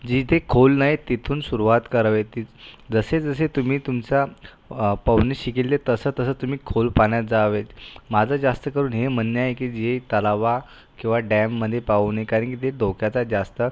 जिथे खोल नाही तिथून सुरुवात करावी ती जसे जसे तुम्ही तुमचा पोहणे शिकाल तसं तसं तुम्ही खोल पाण्यात जावे माझं जास्त करून हे म्हणणं आहे की जे तलावा किंवा डॅममध्ये पोहू नये कारण की ते धोक्याचा जास्त